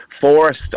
forced